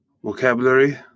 Vocabulary